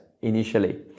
initially